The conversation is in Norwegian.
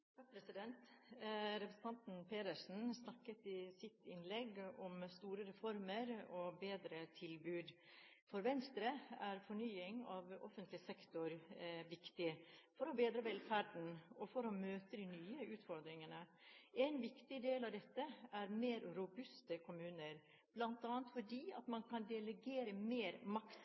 fornying av offentlig sektor viktig for å bedre velferden og for å møte de nye utfordringene. En viktig del av dette er mer robuste kommuner, bl.a. fordi man kan delegere mer makt